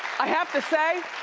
i have to say,